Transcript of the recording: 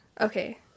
Okay